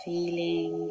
Feeling